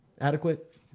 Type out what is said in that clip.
Adequate